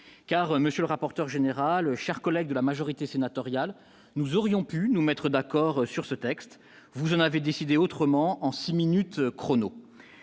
car monsieur rapporteur générale cher que l'aide de la majorité sénatoriale, nous aurions pu nous mettre d'accord sur ce texte vous en avait décidé autrement en 6 minutes chrono,